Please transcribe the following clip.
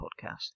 podcast